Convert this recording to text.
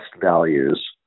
values